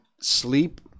Sleep